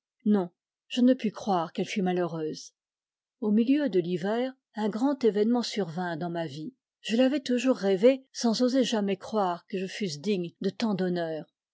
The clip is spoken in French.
non je ne puis croire qu'elle fût malheureuse au milieu de l'hiver un grand événement survint dans ma vie je l'avais toujours rêvé sans oser jamais croire que je fusse digne de tant d'honneur